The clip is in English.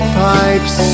pipes